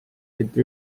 leiti